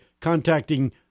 contacting